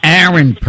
Aaron